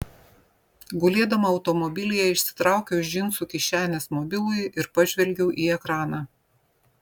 gulėdama automobilyje išsitraukiau iš džinsų kišenės mobilųjį ir pažvelgiau į ekraną